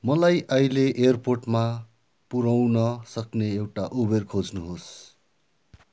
मलाई अहिले एयरपोर्टमा पुर्याउन सक्ने एउटा उबेर खोज्नुहोस्